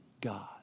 God